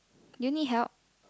do you need help